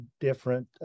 different